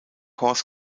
horse